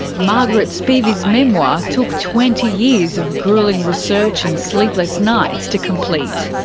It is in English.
margaret spivey's memoir took twenty years of gruelling research and sleepless nights to complete.